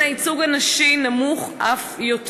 שבהן הייצוג הנשי נמוך אף יותר.